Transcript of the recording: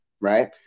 right